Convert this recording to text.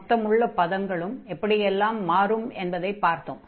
மொத்தமுள்ள பதங்களும் எப்படியெல்லாம் மாறும் என்பதைப் பார்த்தோம்